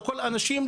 לכל האנשים,